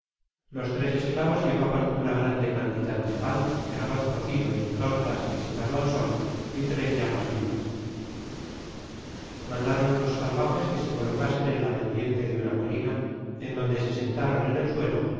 los tres esclavos llevaban una grande cantidad de pan de arroz cocido hecho tortas y secado al sol y tres llamas vivas mandaron á los salvajes que se colocasen en la pendiente de una colina en donde se sentaron en el suelo